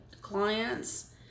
clients